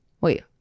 wait